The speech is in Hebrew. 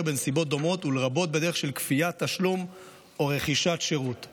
בנסיבות דומות ולרבות בדרך של כפיית תשלום או רכישת שירות";